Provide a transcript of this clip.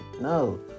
No